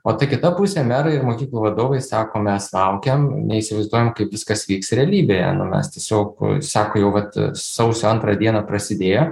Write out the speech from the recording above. o ta kita pusė merai ir mokyklų vadovai sako mes laukiam neįsivaizduojam kaip viskas vyks realybėje mes tiesiog sako jau vat sausio antrą dieną prasidėjo